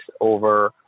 over